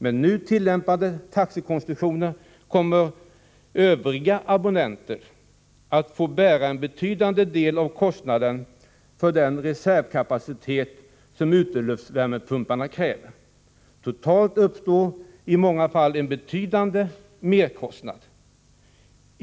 Med nu tillämpade taxekonstruktioner kommer övriga abonnenter att få bära en betydande del av kostnaderna för den reservkapacitet som uteluftsvärmepumparna kräver. Totalt uppstår i många fall en betydande merkostnad.